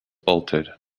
bolted